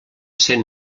ser